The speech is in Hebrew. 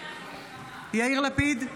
יאיר לפיד,